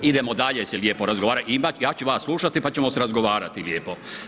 Idemo se dalje lijepo razgovarati, ja ću vas slušati pa ćemo se razgovarati lijepo.